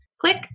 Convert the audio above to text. Click